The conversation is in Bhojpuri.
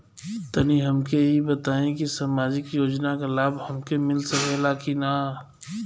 तनि हमके इ बताईं की सामाजिक योजना क लाभ हमके मिल सकेला की ना?